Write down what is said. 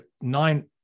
nine